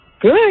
Good